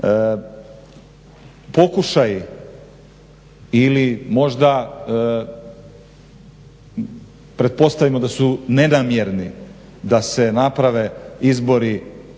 Pokušaj ili možda pretpostavimo da su nenamjerni da se ne naprave izbori